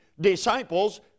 disciples